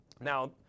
Now